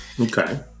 Okay